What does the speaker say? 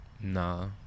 Nah